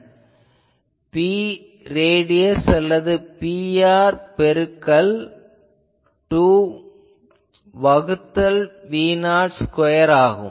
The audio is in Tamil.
இது Prad அல்லது Pr பெருக்கல் 2 வகுத்தல் V0 ஸ்கொயர் ஆகும்